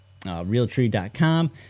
Realtree.com